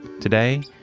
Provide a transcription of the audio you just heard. Today